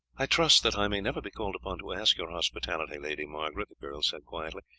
i trust that i may never be called upon to ask your hospitality, lady margaret, the girl said quietly,